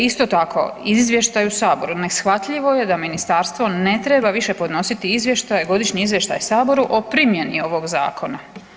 Isto tako u izvještaju Saboru neshvatljivo je da Ministarstvo ne treba više podnositi izvještaj, godišnji izvještaj Saboru o primjeni ovoga Zakona.